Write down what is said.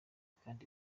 kandi